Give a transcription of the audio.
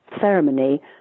ceremony